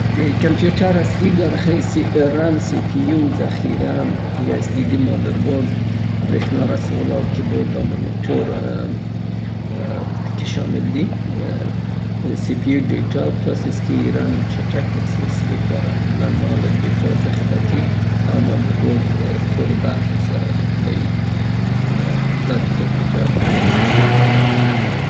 کمپیوټر له څو مهمو برخو جوړ سوی ده څې د مرکزې پروسس کولو واحد یې یا سي پي یو ده ، همداراز موقتي حافظه یې د رم په نامه ده د معلوماتو د ذخیره کولو د پاره یې اچ ډي دي او د اېنپوټ او اوتپوټ وسایل لکه کیبورډ همارنګه مانیټوراستفاده کیږي.